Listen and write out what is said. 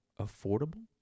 affordable